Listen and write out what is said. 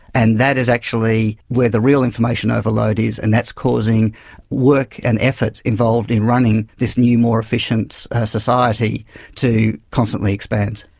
and that is actually where the real information overload is and that's causing work and effort involved in running this new, more efficient society to constantly expand.